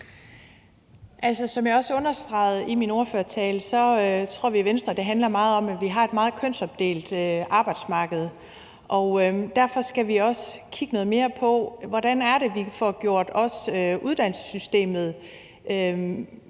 som jeg også understregede i min ordførertale, tror vi i Venstre, at det meget handler om, at vi har et meget kønsopdelt arbejdsmarked. Og derfor skal vi kigge noget mere på, hvordan det er, at vi også får lavet nogle strukturer